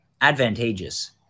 advantageous